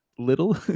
Little